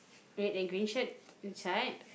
red and green shirt inside